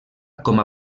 com